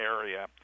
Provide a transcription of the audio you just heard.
area